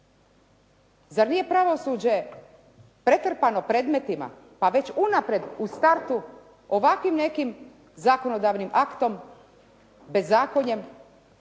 Zar nije pravosuđe pretrpano predmetima, pa već unaprijed u startu ovakvim nekim zakonodavnim aktom, bezakonjem